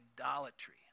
idolatry